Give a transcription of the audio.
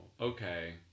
Okay